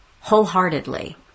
wholeheartedly